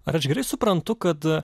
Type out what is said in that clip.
ar aš gerai suprantu kad